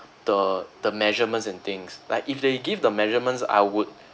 the the measurements and things like if they give the measurements I would